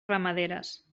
ramaderes